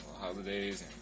Holidays